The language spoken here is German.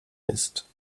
ist